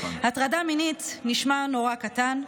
הטרדה מינית נשמע נורא קטן,